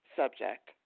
subject